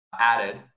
added